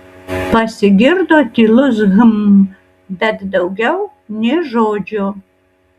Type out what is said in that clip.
pasigirdo tylus hm bet daugiau nė žodžio